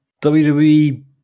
wwe